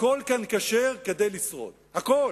הכול כאן כשר כדי לשרוד, הכול.